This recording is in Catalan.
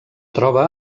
troba